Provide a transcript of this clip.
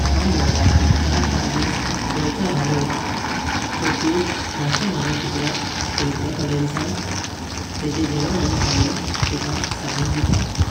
हांव भावपाक चार पास दिवस गोंयचो भार वयत आ। तार तू मस्सो माझो कुतर्याक पायता थोड़े दिवसांग। तेंचें घेवून आनी सगळे तुका सांगून दितां।